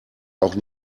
auch